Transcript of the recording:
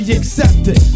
accepted